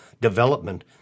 development